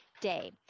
day